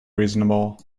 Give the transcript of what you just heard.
reasonable